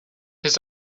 his